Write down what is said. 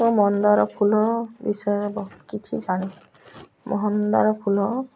ତ ମନ୍ଦାର ଫୁଲ ବିଷୟରେ ବହୁତ କିଛି ଜାଣି ମନ୍ଦାର ଫୁଲ